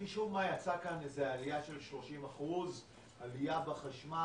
משום מה יצאה איזו שהיא הודעה על עלייה של 30% במחיר החשמל.